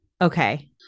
Okay